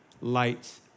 light